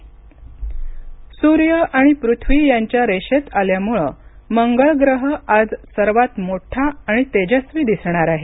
मंगळ ग्रह सूर्य आणि पृथ्वी यांच्या रेषेत आल्यामुळे मंगळ ग्रह आज सर्वात मोठा आणि तेजस्वी दिसणार आहे